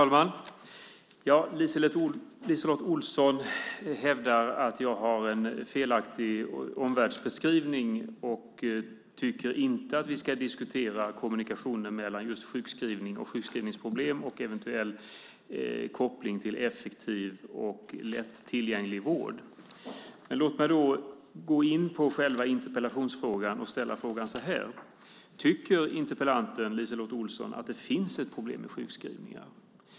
Herr talman! LiseLotte Olsson hävdar att jag har en felaktig omvärldsbeskrivning och tycker inte att vi ska diskutera kommunikationen mellan just sjukskrivning, sjukskrivningsproblem och effektiv och lättillgänglig vård. Men låt mig då gå in på själva interpellationsfrågan och ställa frågan så här: Tycker interpellanten LiseLotte Olsson att det finns ett problem med sjukskrivningar?